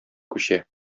күчә